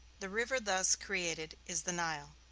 the river thus created is the nile.